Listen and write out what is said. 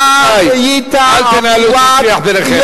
רבותי, אל תנהלו דו-שיח ביניכם.